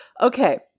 Okay